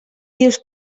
dius